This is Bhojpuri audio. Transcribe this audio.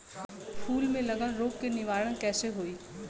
फूल में लागल रोग के निवारण कैसे होयी?